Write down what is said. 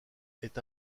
est